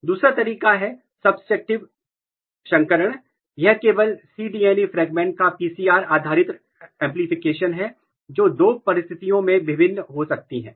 दूसरा तरीका है सब्सट्रैक्टिव शंकरण यह केवल cDNA फ्रेगमेंट का PCR आधारित एमप्लीफिकेशन प्रवर्धन है जो दो परिस्थितियों में भिन्न हो सकती है